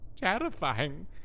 terrifying